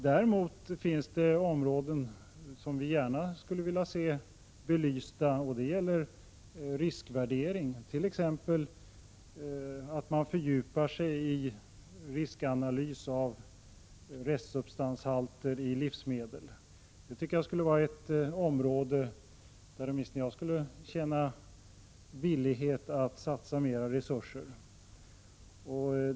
Däremot finns det områden som vi gärna skulle vilja se belysta, t.ex. riskvärdering där man fördjupar sig i riskanalys av restsubstanshalter i livsmedel. Det är ett område som åtminstone jag skulle vara villig att satsa mera resurser på.